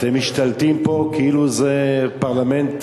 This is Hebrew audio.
אתם משתלטים פה כאילו זה פרלמנט